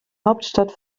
hauptstadt